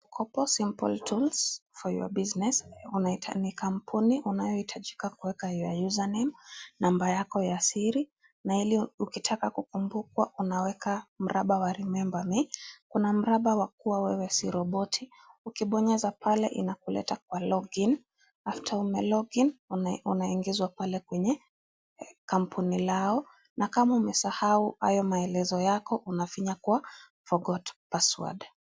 Kopo simpe simple tools for your business ni kampuni inayoitajika kuweka your username ,namba yako ya siri na ukitaka kukumbukwa una weka mraba wa remember me ,kuna mraba wa kuonyesha kuwa wewe sio roboti ukiponyeza pale inakuleta kwa log in after umelog in unaingizwa pale kwa kampuni lao na kama umesahjau hayo maelezo yako unafinya kwa forgot password .